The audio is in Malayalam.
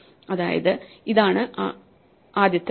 ഇതാണ് ആദ്യത്തെ മാച്ച്